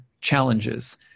challenges